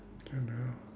don't know